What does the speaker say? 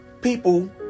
people